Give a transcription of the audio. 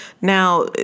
Now